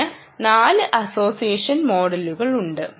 ഇതിന് 4 അസോസിയേഷൻ മോഡലുകളുണ്ട്